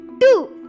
Two